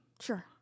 Sure